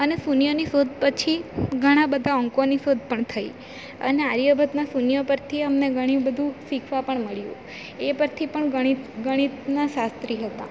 અને શૂન્યની શોધ પછી ઘણા બધા અંકોની શોધ પણ થઈ અને આર્યભટ્ટના શૂન્ય પરથી અમને ઘણી બધું શીખવા પણ મળ્યું એ પરથી પણ ગણિ ગણિતના શાસ્ત્રી હતા